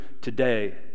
today